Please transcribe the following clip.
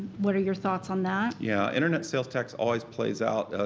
what are your thoughts on that? yeah, internet sales tax always plays out,